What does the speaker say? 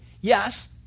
yes